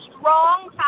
strong